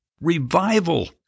revival